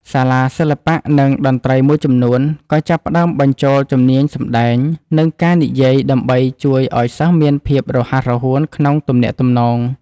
សាលាសិល្បៈ និងតន្ត្រីមួយចំនួនក៏ចាប់ផ្ដើមបញ្ចូលជំនាញសម្ដែង និងការនិយាយដើម្បីជួយឱ្យសិស្សមានភាពរហ័សរហួនក្នុងទំនាក់ទំនង។